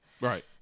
Right